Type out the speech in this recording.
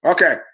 Okay